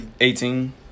eighteen